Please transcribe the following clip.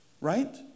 Right